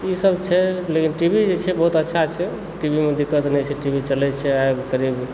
ईसभ छै लेकिन टी वी जे छै बहुत अच्छा छै टीवीमे दिक्क्त नहि छै टी वी चलय छै आइ करीब